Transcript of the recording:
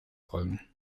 folgen